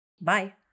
Bye